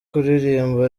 kuririmba